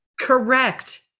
Correct